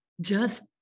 just-